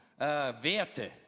Werte